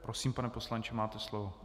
Prosím, pane poslanče, máte slovo.